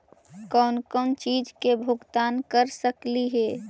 कौन कौन चिज के भुगतान कर सकली हे?